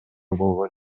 болгон